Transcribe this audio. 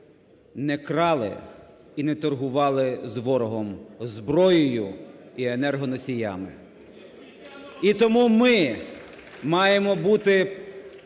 не крали і не торгували з ворогом зброєю і енергоносіями. І тому ми маємо бути